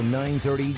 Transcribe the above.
930